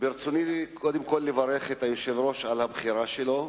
ברצוני קודם כול לברך את היושב-ראש על בחירתו.